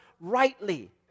rightly